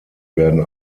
werden